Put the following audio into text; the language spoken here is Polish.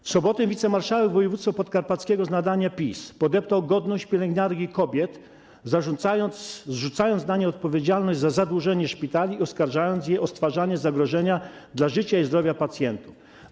W sobotę wicemarszałek województwa podkarpackiego z nadania PiS podeptał godność pielęgniarek i kobiet, zrzucając na nie odpowiedzialność za zadłużenie szpitali i oskarżając je o stwarzanie zagrożenia dla życia i zdrowia pacjentów.